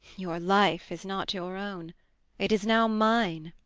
your life is not your own it is now mine.